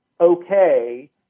okay